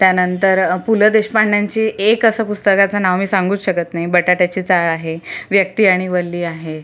त्यानंतर पु ल देशपांड्यांची एक असं पुस्तकाचं नाव मी सांगूच शकत नाही बटाट्याची चाळ आहे व्यक्ती आणि वल्ली आहे